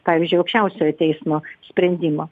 pavyzdžiui aukščiausiojo teismo sprendimo